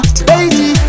Baby